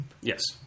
Yes